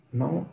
now